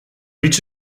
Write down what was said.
reach